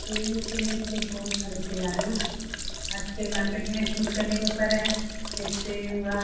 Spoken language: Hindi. तेल के लिए तो बहुत सारे तेल आ रहे हैं ना आजकल मार्केट में सूट करने के ऊपर है जैसे हुआ